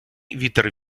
вітер